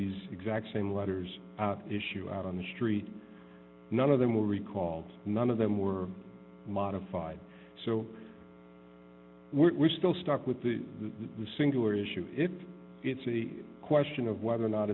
these exact same letters out issue out on the street none of them will recall none of them were modified so we're still stuck with the singular issue if it's a question of whether or not